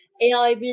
AI